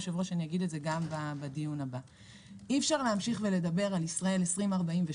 אי אפשר להמשיך ולדבר על ישראל 2048,